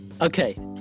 Okay